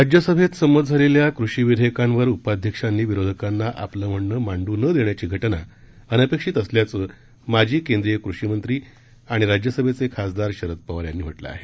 राज्यसभेत संमत झालेल्या कृषी विधेयकांवर उपाध्यक्षांनी विरोधकांना आपलं म्हणणं मांडू न देण्याची घटना अनपेक्षित असल्याचं माजी केंद्रीय कृषीमंत्री आणि राज्यसभेचे खासदार शरद पवार यांनी म्हटलं आहे